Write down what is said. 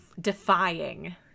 Defying